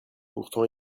pourtant